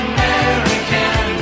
American